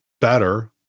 better